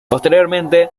posteriormente